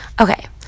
Okay